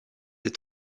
est